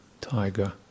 Tiger